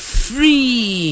free